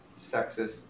sexist